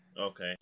okay